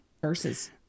Verses